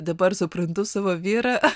dabar suprantu savo vyrą